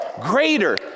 greater